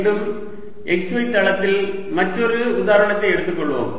மீண்டும் xy தளத்தில் மற்றொரு உதாரணத்தை எடுத்துக்கொள்வோம்